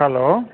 hello